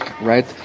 right